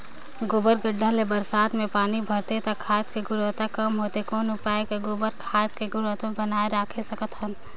गोबर गढ्ढा ले बरसात मे पानी बहथे त खाद के गुणवत्ता कम होथे कौन उपाय कर गोबर खाद के गुणवत्ता बनाय राखे सकत हन?